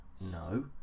no